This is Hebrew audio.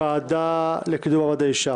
ההצעה להעביר לוועדה לקידום מעמד האישה